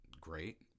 great